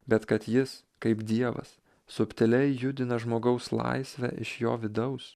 bet kad jis kaip dievas subtiliai judina žmogaus laisvę iš jo vidaus